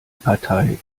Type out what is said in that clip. partei